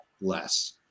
less